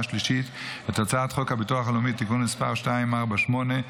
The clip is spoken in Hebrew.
השלישית את הצעת חוק הביטוח הלאומי (תיקון מס' 248),